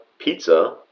pizza